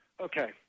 Okay